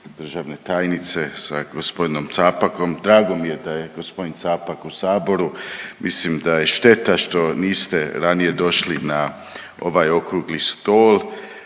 državne tajnice sa g. Capakom. Drago mi je da je g. Capak u saboru, mislim da je šteta što niste ranije došli na ovaj Okrugli stol,